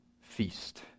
feast